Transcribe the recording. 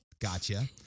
Gotcha